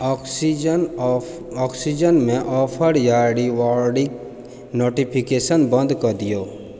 ऑक्सीजनमे offer आओर रिवार्डके notification बन्द कऽ दिऔ